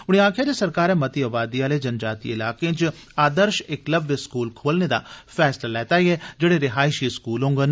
उनें दस्सेआ जे सरकारै मती आबादी आले जनजातीय इलाकें च आदर्श इकलव्य स्कूल खोलने दा फैसला लैत ऐ जेड़े रिहायशी स्कूल होंडन